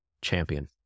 champion